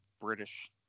British